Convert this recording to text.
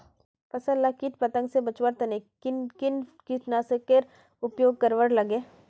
फसल लाक किट पतंग से बचवार तने किन किन कीटनाशकेर उपयोग करवार लगे?